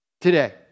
Today